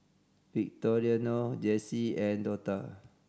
Victoriano Jessi and Dortha